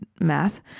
Math